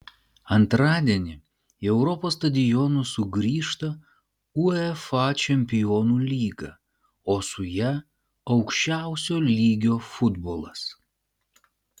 antradienį į europos stadionus sugrįžta uefa čempionų lyga o su ja aukščiausio lygio futbolas